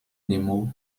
nemo